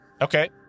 Okay